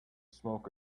smoke